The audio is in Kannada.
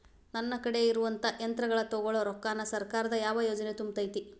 ನನ್ ಕಡೆ ಇರುವಂಥಾ ಯಂತ್ರಗಳ ತೊಗೊಳು ರೊಕ್ಕಾನ್ ಸರ್ಕಾರದ ಯಾವ ಯೋಜನೆ ತುಂಬತೈತಿ?